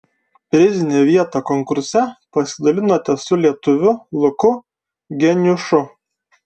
prizinę vietą konkurse pasidalinote su lietuviu luku geniušu